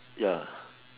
ya